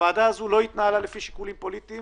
הוועדה נמנעה משיקולים פוליטיים